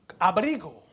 abrigo